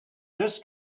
this